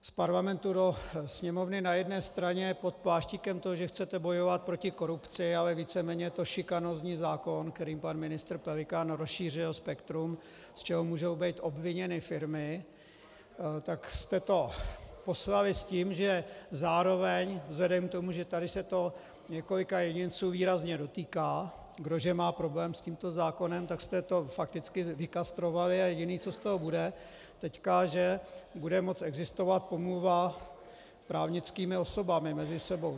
Z Parlamentu do Sněmovny na jedné straně pod pláštíkem toho, že chcete bojovat proti korupci, ale víceméně je to šikanózní zákon, kterým pan ministr Pelikán rozšířil spektrum, z čeho můžou být obviněny firmy, tak jste to poslali s tím, že to zároveň vzhledem k tomu, že tady se to několika jedinců výrazně dotýká, kdo že má problém s tímto zákonem, tak jste to fakticky vykastrovali a jediné, co z toho teď bude, je, že bude existovat pomluva právnickými osobami mezi sebou.